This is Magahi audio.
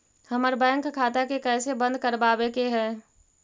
हमर बैंक खाता के कैसे बंद करबाबे के है?